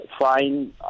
Fine